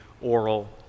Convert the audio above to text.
oral